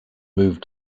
moved